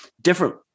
different